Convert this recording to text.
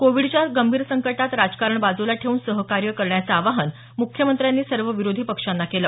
कोविडच्या गंभीर संकटात राजकारण बाजूला ठेऊन सहकार्य करण्याचं आवाहन मुख्यमंत्र्यांनी सर्व विरोधी पक्षांना केलं